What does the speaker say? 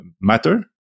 matter